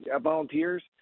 volunteers